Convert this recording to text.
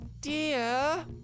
Dear